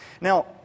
Now